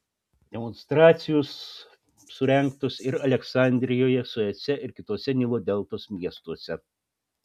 demonstracijos surengtos ir aleksandrijoje suece ir kituose nilo deltos miestuose